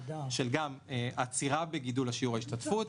של עצירה בגידול בשיעור ההשתתפות.